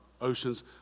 oceans